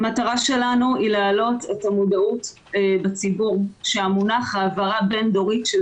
המטרה שלנו היא להעלות את המודעות בציבור שהמונח העברה בין דורית של